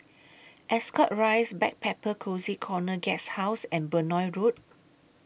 Ascot Rise Backpacker Cozy Corner Guesthouse and Benoi Road